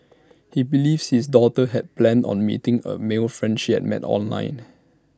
he believes his daughter had planned on meeting A male friend she had met online